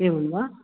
एवं वा